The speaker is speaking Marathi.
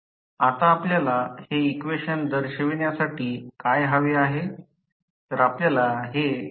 आता आपल्याला हे इक्वेशन दर्शविण्यासाठी काय हवे आहे